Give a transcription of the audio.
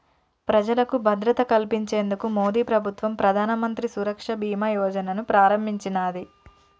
ప్రజలకు భద్రత కల్పించేందుకు మోదీప్రభుత్వం ప్రధానమంత్రి సురక్ష బీమా యోజనను ప్రారంభించినాది